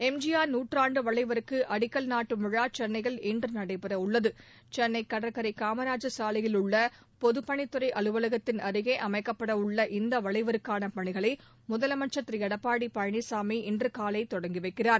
எம்ஜிஆர் நூற்றாண்டு வளைவுக்கு அடிக்கல் நாட்டும் விழா சென்னையில் இன்று நடைபெற உள்ளது சென்னை கடற்கரை காமராஜ் சாலையில் உள்ள பொதுப்பணித்துறை அலுவலகத்தின் அருகே அமைக்கப்படவுள்ள இந்த வளைவுக்கான பணிகளை முதலமைச்சா் திரு எடப்பாடி பழனிசாமி இன்று காலை தொடங்கி வைக்கிறார்